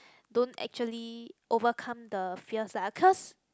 don't actually overcome the fears lah cause